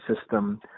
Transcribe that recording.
system